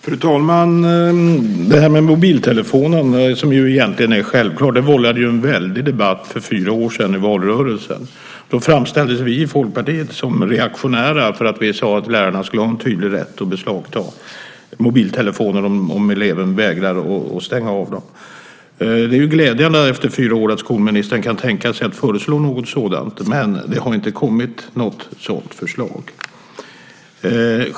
Fru talman! Frågan om mobiltelefoner som egentligen är självklar vållade ju en väldig debatt i valrörelsen för fyra år sedan. Då framställdes vi i Folkpartiet som reaktionära därför att vi sade att lärarna skulle ha tydlig rätt att beslagta mobiltelefoner om elever vägrade att stänga av dem. Det är glädjande att skolministern nu efter fyra år kan tänka sig att föreslå något sådant. Men det har inte kommit något sådant förslag.